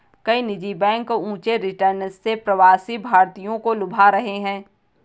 कई निजी बैंक ऊंचे रिटर्न से प्रवासी भारतीयों को लुभा रहे हैं